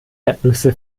erdnüsse